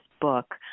book